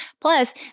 Plus